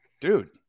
Dude